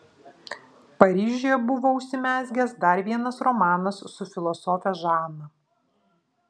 paryžiuje buvo užsimezgęs dar vienas romanas su filosofe žana